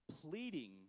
pleading